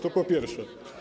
To po pierwsze.